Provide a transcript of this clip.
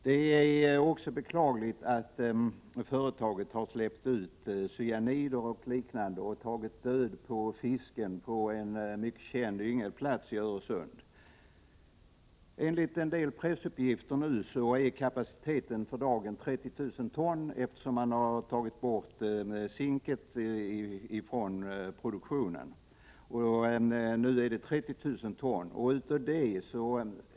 Det är också beklagligt att företaget har släppt ut cyanider och liknande och därigenom tagit död på fisken på en mycket känd yngelplats i Öresund. Enligt en del pressuppgifter är kapaciteten, eftersom man har tagit bort zinket från produktionen, nu 30 000 ton per dag.